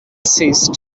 ceased